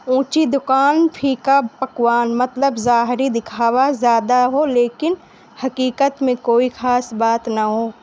اونچی دکان پھیکا پکوان مطلب ظاہری دکھاوا زیادہ ہو لیکن حقیقت میں کوئی خاص بات نہ ہو